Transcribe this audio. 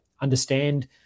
understand